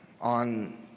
on